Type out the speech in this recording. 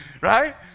right